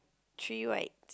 three white